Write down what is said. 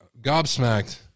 gobsmacked